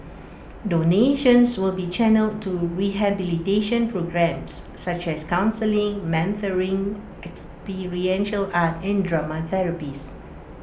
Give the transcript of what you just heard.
donations will be channelled to rehabilitation programmes such as counselling mentoring experiential art and drama therapies